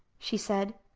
she said.